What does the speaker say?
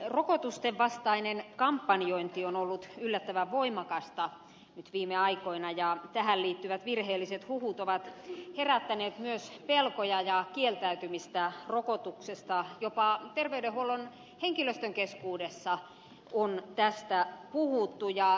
rokotustenvastainen kampanjointi on ollut yllättävän voimakasta nyt viime aikoina ja tähän liittyvät virheelliset huhut ovat herättäneet myös pelkoja ja kieltäytymistä rokotuksesta jopa terveydenhuollon henkilöstön keskuudessa on tästä puhuttu